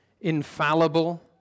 infallible